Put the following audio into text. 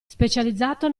specializzato